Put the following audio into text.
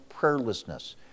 prayerlessness